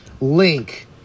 link